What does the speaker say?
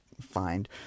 find